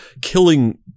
killing